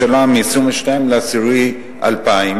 מ-22.10.2000,